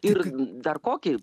ir dar kokį